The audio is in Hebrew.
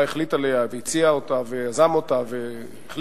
החליט עליה והציע אותה ויזם אותה וכו',